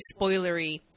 spoilery